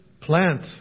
plant